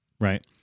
right